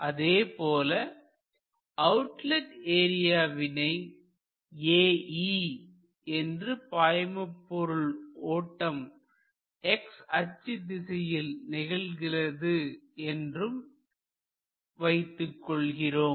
அதைப்போல அவுட்லெட் ஏரியாவினை Ae என்றும் பாய்மபொருள் ஓட்டம் x அச்சு திசையில் நிகழ்கிறது என்றும் வைத்துக் கொள்கிறோம்